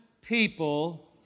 people